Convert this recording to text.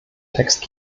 text